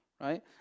right